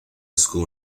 school